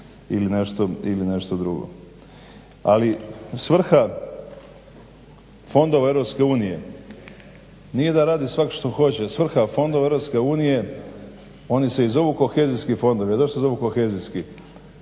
ili nešto drugo. Ali svrha fondova Europske unije nije da radi svak što hoće, svrha fondova Europske unije, oni se i zovu kohezijski fondovi, a zašto se zovu kohezijski,